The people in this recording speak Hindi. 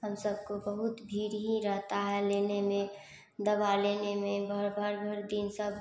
हम सब को बहुत भीड़ ही रहता है लेने में दवा लेने में भर भर भर दिन सब